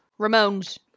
Ramones